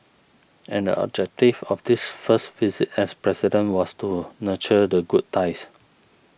and the objective of this first visit as President was to nurture the good ties